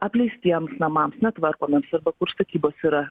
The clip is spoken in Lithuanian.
apleistiems namams netvarkomiems arba kur statybos yra